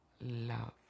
love